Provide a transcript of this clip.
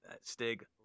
Stig